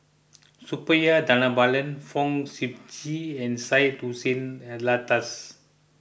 Suppiah Dhanabalan Fong Sip Chee and Syed Hussein Alatas